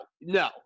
no